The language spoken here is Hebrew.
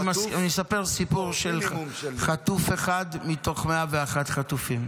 אני מספר סיפור של חטוף אחד מתוך 101 החטופים.